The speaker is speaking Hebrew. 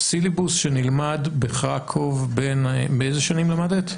סילבוס שנלמד בחרקוב באיזה שנים למדת?